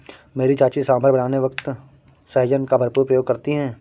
मेरी चाची सांभर बनाने वक्त सहजन का भरपूर प्रयोग करती है